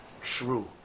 true